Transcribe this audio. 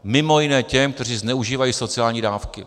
Mimo jiné těm, kteří zneužívají sociální dávky.